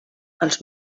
els